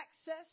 access